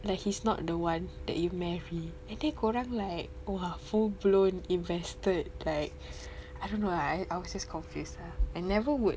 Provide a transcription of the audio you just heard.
like he's not the one that you marry and then korang like !wah! full blown invested like I don't know ah I I was just confused I never would